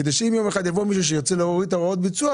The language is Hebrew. כדי שאם יום אחד יבוא מישהו וירצה להוריד את הוראות ביצוע,